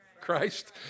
Christ